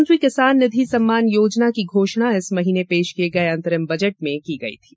प्रधानमंत्री किसान निधि सम्मान योजना की घोषणा इस महीने पेश किये गये अंतरिम बजट में की गई थी